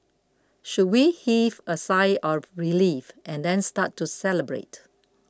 should we heave a sigh of relief and then start to celebrate